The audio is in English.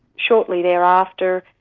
shortly thereafter,